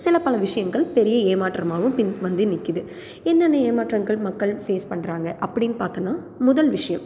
சில பல விஷயங்கள் பெரிய ஏமாற்றமாகவும் பின் வந்து நிற்குது என்னென்ன ஏமாற்றங்கள் மக்கள் ஃபேஸ் பண்ணுறாங்க அப்படின்னு பார்த்தோம்னா முதல் விஷயம்